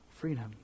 freedom